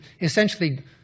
essentially